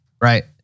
right